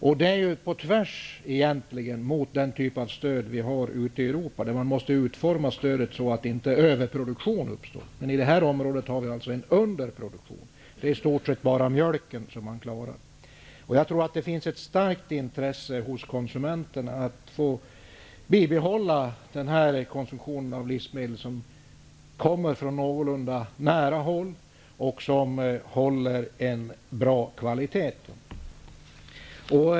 Detta är ju på tvärs mot den typ av stöd som finns ute i Europa. Där måste stödet utformas så att inte en överproduktion uppstår. I det här området har vi alltså en underproduktion. Det är i stort sett bara mjölken som man klarar. Jag tror att det finns ett starkt intresse hos konsumenterna att bibehålla konsumtionen av livsmedel som kommer från någorlunda nära håll och som håller en bra kvalitet.